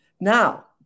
Now